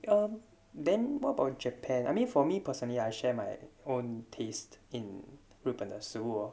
um then what about japan I mean for me personally I share my own taste in ribbon 的食物